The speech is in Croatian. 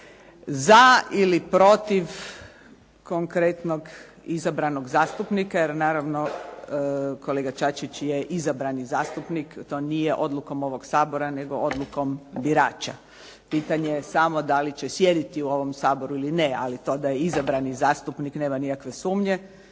za ili protiv konkretnog izabranog zastupnika, jer naravno kolega Čačić je izabrani zastupnik. To nije odlukom ovog Sabora, nego odlukom birača. Pitanje je samo da li će sjediti u ovom Saboru ili ne, ali to da je izabrani zastupnik nema nikakve sumnje